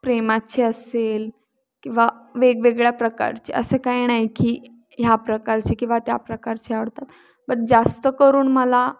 प्रेमाचे असेल किंवा वेगवेगळ्या प्रकारचे असे काय नाही की ह्या प्रकारचे किंवा त्या प्रकारचे आवडतात बट जास्त करून मला